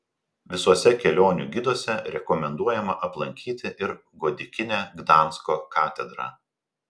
visuose kelionių giduose rekomenduojama aplankyti ir gotikinę gdansko katedrą